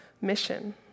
mission